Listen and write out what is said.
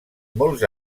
molts